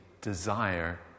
desire